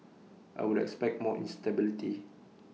I would expect more instability